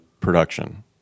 production